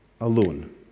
alone